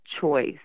choice